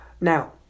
Now